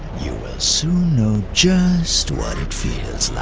you will soon know just what it feels